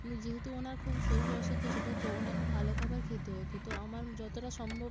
কিন্তু যেহেতু ওনার খুব শরীর অসুস্থ ছিল তো ওনাকে ভালো খাবার খেতে হতো তো আমার যতটা সম্ভব